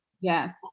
Yes